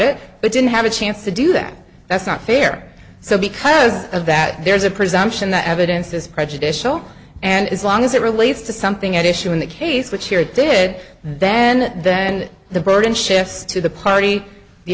it but did have a chance to do that that's not fair so because of that there's a presumption that evidence is prejudicial and as long as it relates to something at issue in the case which it did then then the burden shifts to the party the